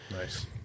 Nice